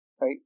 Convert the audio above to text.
Right